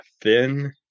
Thin